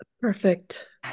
Perfect